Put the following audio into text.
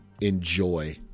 enjoy